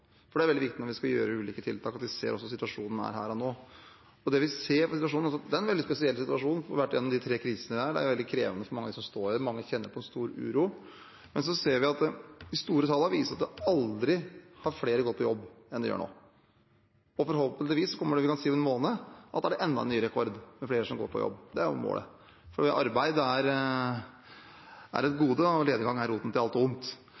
for mange som står i det, og mange kjenner på stor uro. Men så ser vi at de store tallene viser at det aldri er flere som har gått på jobb enn nå, og forhåpentligvis kan vi om en måned si at det er enda en ny rekord med flere som går på jobb. Det er jo målet. Arbeid er et gode, og lediggang er roten til alt